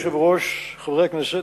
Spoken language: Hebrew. גברתי היושבת-ראש, חברי הכנסת,